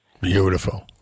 Beautiful